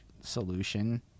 solution